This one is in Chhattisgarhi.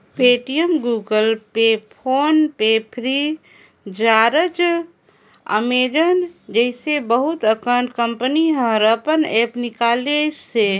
Paytm, Google Pay, PhonePe Freecharge, Amazon जइसे बहुत अकन कंपनी हर अपन ऐप्स निकालिसे